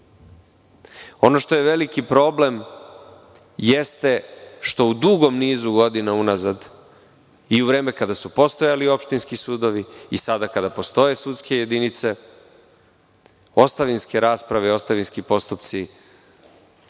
što je veliki problem jeste što u dugom nizu godina unazad i u vreme kada su postojali opštinski sudovi i sada kada postoje sudske jedinice, ostavinske rasprave i ostavinski postupci